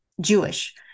Jewish